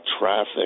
traffic